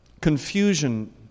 Confusion